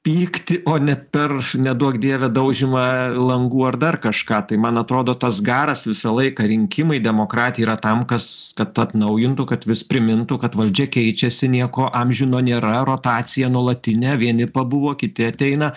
pyktį o ne per neduok dieve daužymą langų ar dar kažką tai man atrodo tas garas visą laiką rinkimai demokratija yra tam kas kad atnaujintų kad vis primintų kad valdžia keičiasi nieko amžino nėra rotacija nuolatinė vieni pabuvo kiti ateina